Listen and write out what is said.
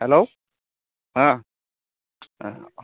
hello ᱦᱮᱸ